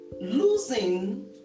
losing